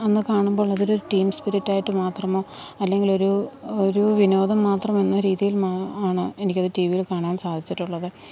അന്ന് കാണുമ്പോൾ അതൊരു ടീം സ്പിരിറ്റായിട്ട് മാത്രമോ അല്ലെങ്കിലൊരു ഒരു വിനോദം മാത്രം എന്ന രീതിയിൽ മാ ആണ് എനിക്കത് ടി വിയിൽ കാണാൻ സാധിച്ചിട്ടുള്ളത്